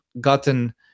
gotten